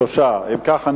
3. אם כך,